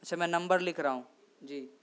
اچھا میں نمبر لکھ رہا ہوں جی